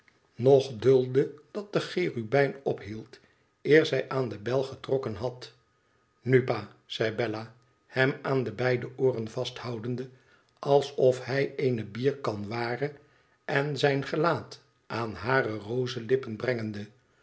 noch duldde dat de cherubijn ophield eer zij aan de bel getrokken had nu pa zei bella hem aan de beiden ooren vasthoudende alsof hij eene bierkan ware en zijn gelaat aan hare rozelippen brengende